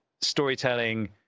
storytelling